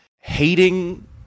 hating